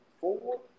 Four